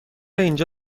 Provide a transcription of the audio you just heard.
اینجا